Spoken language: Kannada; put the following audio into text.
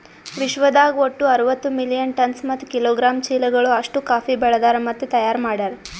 ವಿಶ್ವದಾಗ್ ಒಟ್ಟು ಅರವತ್ತು ಮಿಲಿಯನ್ ಟನ್ಸ್ ಮತ್ತ ಕಿಲೋಗ್ರಾಮ್ ಚೀಲಗಳು ಅಷ್ಟು ಕಾಫಿ ಬೆಳದಾರ್ ಮತ್ತ ತೈಯಾರ್ ಮಾಡ್ಯಾರ